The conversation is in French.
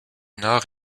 nord